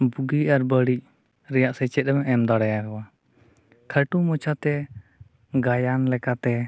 ᱵᱩᱜᱤ ᱟᱨ ᱵᱟᱲᱤᱡ ᱨᱮᱭᱟᱜ ᱥᱮᱪᱮᱫ ᱮᱢ ᱮᱢᱫᱟᱲᱮᱭᱟ ᱠᱚᱣᱟ ᱠᱷᱟᱴᱚ ᱢᱟᱪᱷᱟᱛᱮ ᱜᱟᱭᱟᱱ ᱞᱮᱠᱟᱛᱮ